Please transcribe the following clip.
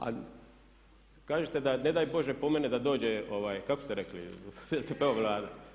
A kažete da ne daj Bože po mene da dođe kako ste rekli SDP-ova Vlada.